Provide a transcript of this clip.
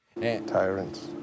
Tyrants